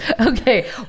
Okay